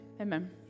amen